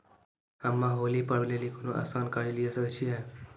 हम्मय होली पर्व लेली कोनो आसान कर्ज लिये सकय छियै?